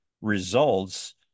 results